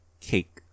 cake